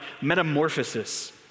metamorphosis